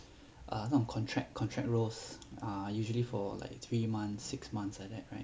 err 那种 contract contract roles are usually for like three months six months like that right